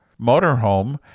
motorhome